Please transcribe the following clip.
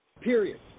period